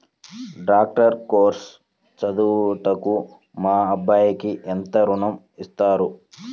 Doctor course చదువుటకు మా అబ్బాయికి ఎంత ఋణం ఇస్తారు?